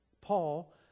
Paul